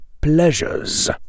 pleasures